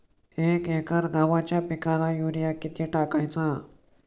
एक एकर गव्हाच्या पिकाला युरिया किती टाकायचा?